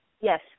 Yes